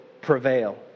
prevail